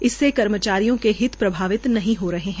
इससे कर्मचारियों के हित प्रभावित नहीं हो रहे है